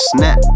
Snap